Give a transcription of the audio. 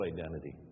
identity